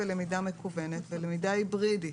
למידה מקוונת ולמידה היברידית,